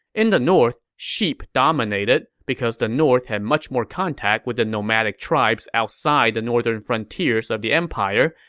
in the north, sheep dominated, because the north had much more contact with the nomadic tribes outside the northern frontiers of the empire,